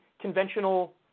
conventional